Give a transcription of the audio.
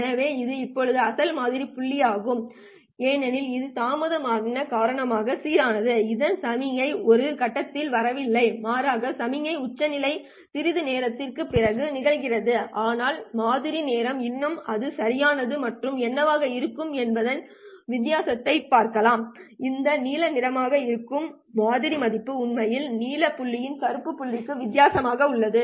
எனவே இது இப்போது அசல் மாதிரி புள்ளியாகும் ஏனெனில் இது தாமதத்தின் காரணமாக சீரானது இதன் சமிக்ஞை இந்த கட்டத்தில் வரவில்லை மாறாக சமிக்ஞை உச்சநிலை சிறிது நேரத்திற்குப் பிறகு நிகழ்கிறது ஆனால் மாதிரி நேரம் இன்னும் அது சரியானது மற்றும் என்னவாக இருக்கும் என்பதன் வித்தியாசத்தைப் பார்த்தால் இது நீல நிறமாக இருக்கும் மாதிரி மதிப்பு உண்மையில் நீல புள்ளிக்கும் கருப்பு புள்ளிக்கும் வித்தியாசம் உள்ளது